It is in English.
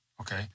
Okay